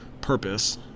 purpose